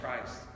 Christ